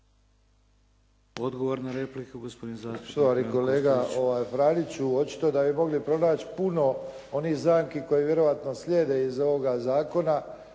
Odgovor na repliku, gospodin zastupnik